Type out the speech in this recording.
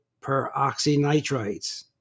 peroxynitrites